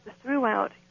throughout